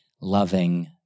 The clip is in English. Loving